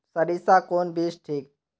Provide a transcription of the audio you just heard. सरीसा कौन बीज ठिक?